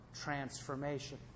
transformation